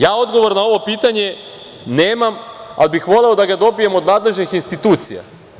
Ja odgovor na ovo pitanje nemam, ali bih voleo da ga dobijem od nadležnih institucija.